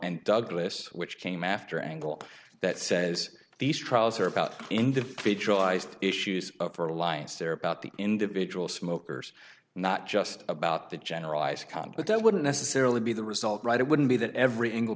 and douglas which came after angle that says these trials are about individual ised issues for alliance they're about the individual smokers not just about the generalized account but that wouldn't necessarily be the result right it wouldn't be that every angle